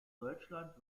deutschland